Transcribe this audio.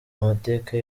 amateka